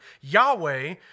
Yahweh